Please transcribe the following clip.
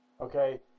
Okay